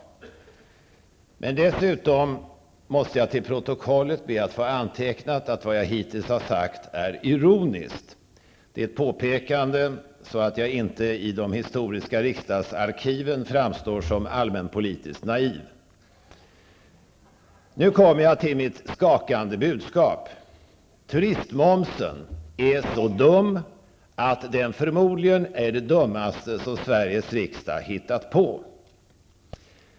Men dessutom måste jag be att till protokollet få antecknat att vad jag hittills har sagt är ironiskt. Det är ett påpekande som jag gör för att inte i de historiska riksdagsarkiven framstå som allmänpolitiskt naiv. Nu kommer jag till mitt skakande budskap. Turistmomsen är så dum att den förmodligen är det dummaste som Sveriges riksdag hittat på.